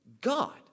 God